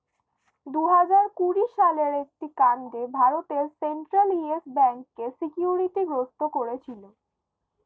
দুহাজার কুড়ি সালের একটি কাণ্ডে ভারতের সেন্ট্রাল ইয়েস ব্যাঙ্ককে সিকিউরিটি গ্রস্ত করেছিল